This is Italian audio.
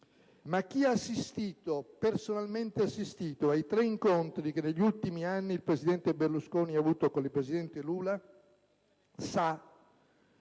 Ma chi ha personalmente assistito ai tre incontri che negli ultimi anni il presidente Berlusconi ha avuto con il presidente Lula sa che